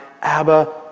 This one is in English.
Abba